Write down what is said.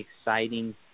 exciting